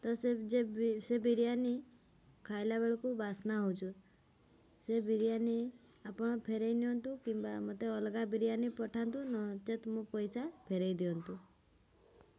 ତ ସେ ଯେ ସେ ବିରିୟାନି ଖାଇଲା ବେଳକୁ ବାସ୍ନା ହେଉଛି ସେ ବିରିୟାନି ଆପଣ ଫେରାଇ ନିଅନ୍ତୁ କିମ୍ବା ମୋତେ ଅଲଗା ବିରିୟାନି ପଠାନ୍ତୁ ନଚେତ୍ ମୋ ପଇସା ଫେରାଇ ଦିଅନ୍ତୁ